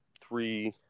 three